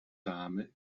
dame